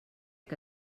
que